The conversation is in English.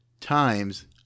times